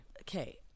okay